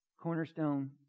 Cornerstone